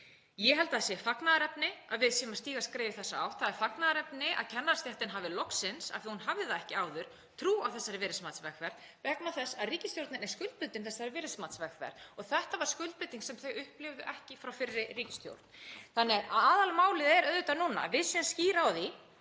Ég held að það sé fagnaðarefni að við séum að stíga skref í þessa átt. Það er fagnaðarefni að kennarastéttin hafi loksins, af því að hún hafði það ekki áður, trú á þessari virðismatsvegferð vegna þess að ríkisstjórnin er skuldbundin þessari virðismatsvegferð og þetta var skuldbinding sem þau upplifðu ekki frá fyrri ríkisstjórn. Aðalmálið er auðvitað núna að við séum skýr á því